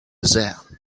there